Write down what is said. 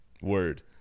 Word